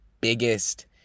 biggest